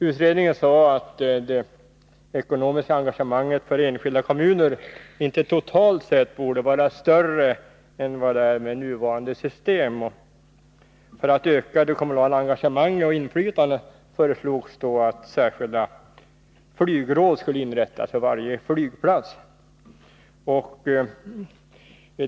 Utredningen sade endast att det ekonomiska engagemanget för enskilda kommuner totalt sett inte borde vara större än vad det är med nuvarande system. För att man skulle kunna öka det kommunala engagemanget och inflytandet föreslogs att särskilda flygråd för varje flygplats skulle inrättas.